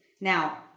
Now